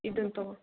ಇದನ್ನು ತಗೋ